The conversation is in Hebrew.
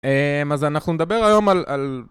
אז אנחנו נדבר היום על